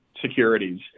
securities